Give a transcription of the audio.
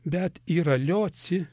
bet yra lioci